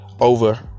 over